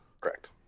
Correct